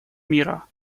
мира